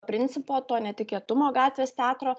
principo to netikėtumo gatvės teatro